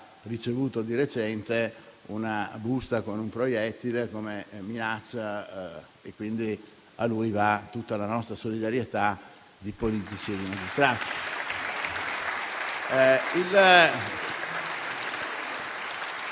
di recente una busta con un proiettile come minaccia, quindi a lui va tutta la nostra solidarietà di politici e di magistrati.